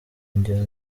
ingero